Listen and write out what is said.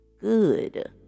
good